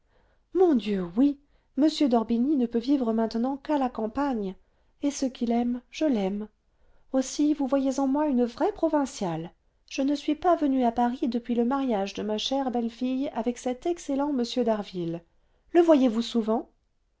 mon dieu oui m d'orbigny ne peut vivre maintenant qu'à la campagne et ce qu'il aime je l'aime aussi vous voyez en moi une vraie provinciale je ne suis pas venue à paris depuis le mariage de ma chère belle-fille avec cet excellent m d'harville le voyez-vous souvent